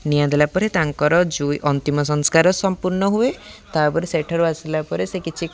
ନିଆ ଦେଲା ପରେ ତାଙ୍କର ଜୁଇ ଅନ୍ତିମ ସଂସ୍କାର ସମ୍ପୂର୍ଣ୍ଣ ହୁଏ ତା'ପରେ ସେଠାରୁ ଆସିଲା ପରେ ସେ କିଛି